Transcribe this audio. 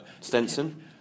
Stenson